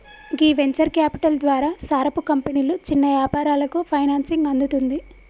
గీ venture capital ద్వారా సారపు కంపెనీలు చిన్న యాపారాలకు ఫైనాన్సింగ్ అందుతుంది